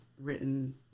written